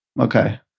Okay